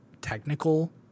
technical